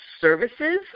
services